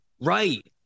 Right